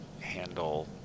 handle